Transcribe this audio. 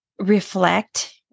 reflect